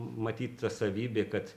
matyt ta savybė kad